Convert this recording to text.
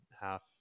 half